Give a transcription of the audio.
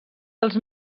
dels